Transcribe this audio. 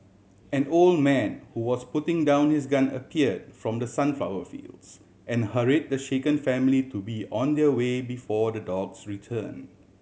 an old man who was putting down his gun appeared from the sunflower fields and hurry the shaken family to be on their way before the dogs return